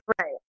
right